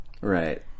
Right